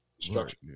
structure